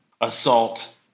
assault